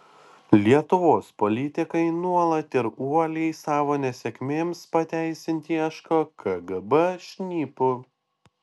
lietuvos politikai nuolat ir uoliai savo nesėkmėms pateisinti ieško kgb šnipų